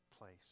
place